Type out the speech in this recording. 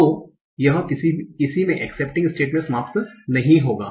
तो यह किसी में एक्सेप्टिंग स्टेटस में समाप्त नहीं होगा